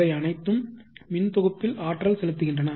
இவை அனைத்தும் மின் தொகுப்பில ஆற்றல் செலுத்துகின்றன